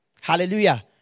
Hallelujah